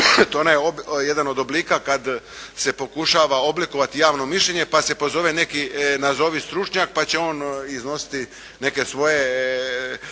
to je jedan od oblika kad se pokušava oblikovati javno mišljenje pa se pozove neki nazovi stručnjak pa će on iznositi neke svoje